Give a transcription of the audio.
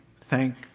thank